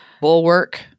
Bulwark